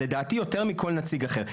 לדעתי יותר מכל נציג אחר.